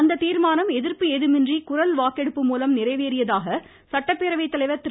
அத்தீர்மானம் எதிர்ப்பு ஏதுமின்றி குரல்வாக்கெடுப்பு மூலம் நிறைவேறியதாக சட்டப்பேரவை தலைவர் திரு